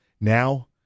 Now